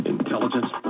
Intelligence